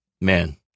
Man